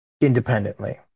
independently